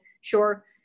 sure